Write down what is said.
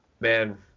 Man